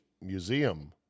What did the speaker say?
Museum